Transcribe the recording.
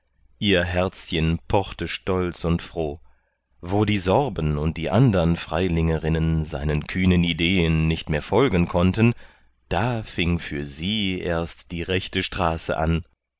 ihr herzchen pochte stolz und froh wo die sorben und die andern freilingerinnen seinen kühnen ideen nicht mehr folgen konnten da fing für sie erst die rechte straße an